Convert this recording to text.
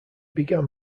began